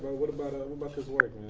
what about ah but this work